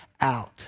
out